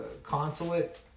consulate